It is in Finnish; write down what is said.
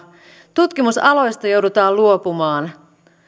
tutkimusaloista joudutaan luopumaan